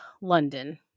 London